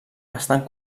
estan